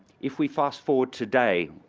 if we fast forward today,